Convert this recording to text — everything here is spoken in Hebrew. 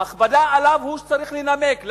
ההכבדה עליו היא שהוא שצריך לנמק,